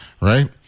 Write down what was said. right